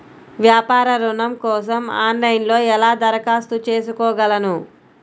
వ్యాపార ఋణం కోసం ఆన్లైన్లో ఎలా దరఖాస్తు చేసుకోగలను?